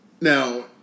Now